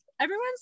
Everyone's